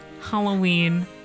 Halloween